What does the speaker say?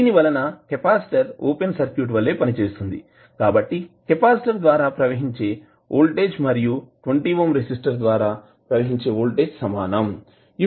దీనివలన capacitor open circuit వలె పనిచేస్తుంది కాబట్టి కెపాసిటర్ ద్వారా ప్రవహించే వోల్టేజ్ మరియు 20 ఓం రెసిస్టర్ ద్వారా ప్రవహించే వోల్టేజ్ సమానం